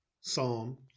psalm